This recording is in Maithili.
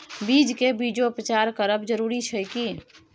बीज के बीजोपचार करब जरूरी अछि की?